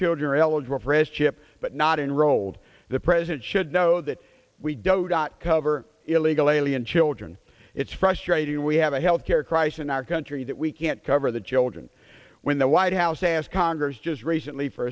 chip but not enrolled the president should know that we don't got cover illegal alien children it's frustrating we have a health care crisis in our country that we can't cover the children when the white house asked congress just recently for